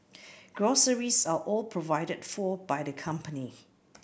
groceries are all provided for by the company